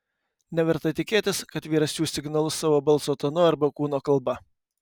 neverta tikėtis kad vyras siųs signalus savo balso tonu arba kūno kalba